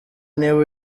niba